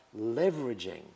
leveraging